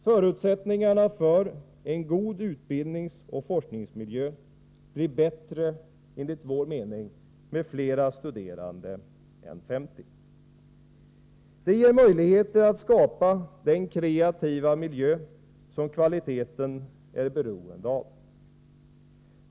Förutsättningarna för en god utbildningsoch forskningsmiljö blir, enligt vår mening, bättre med flera studerande än 50. Det ger möjligheter att skapa den kreativa miljö som kvaliteten är beroende av.